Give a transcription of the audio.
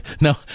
No